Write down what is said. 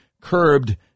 curbed